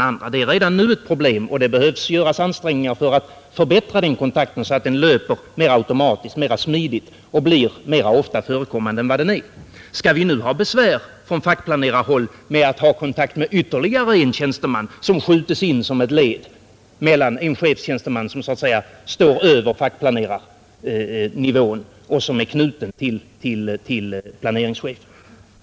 Ansträngningar behöver göras för att förbättra den kontakten så att den löper mera automatiskt och smidigt och blir mera ofta förekommande än vad den är nu. Skall vi nu på fackplanerarhåll ha besvär med att ha kontakt med ytterligare en tjänsteman, som skjuts in som ett nytt led, som så att säga står över fackplanerarnivån och som är knuten till planeringschefen?